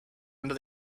under